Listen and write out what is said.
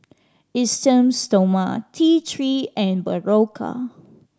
Esteem Stoma T Three and Berocca